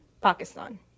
Pakistan